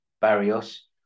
Barrios